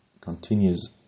continues